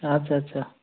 আচ্ছা আচ্ছা